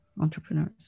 entrepreneurs